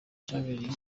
cyabereye